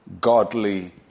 godly